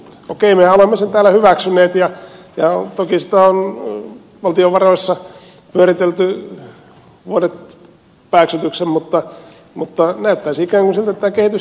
okei mehän olemme sen täällä hyväksyneet ja toki sitä on valtiovaroissa pyöritelty vuodet pääksytysten mutta näyttäisi ikään kuin siltä että tämä kehitys jatkuu